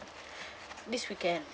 this weekend